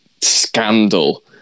scandal